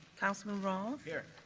councilman roth. here.